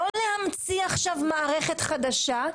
לא להמציא עכשיו מערכת חדשה.